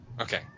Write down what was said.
Okay